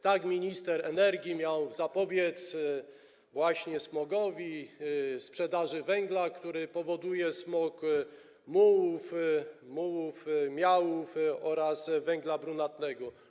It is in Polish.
Tak minister energii miał zapobiec właśnie smogowi, sprzedaży węgla, który powoduje smog, mułów, miałów oraz węgla brunatnego.